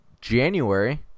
January